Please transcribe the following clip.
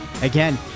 Again